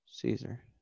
Caesar